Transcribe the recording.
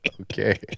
Okay